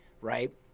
right